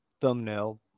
thumbnail